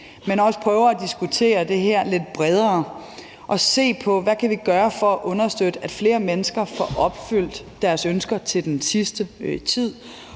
vi også prøver at diskutere det her lidt bredere og se på, hvad vi kan gøre for at understøtte, at flere mennesker får opfyldt deres ønsker til den sidste tid.